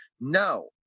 No